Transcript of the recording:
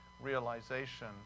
realization